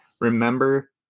Remember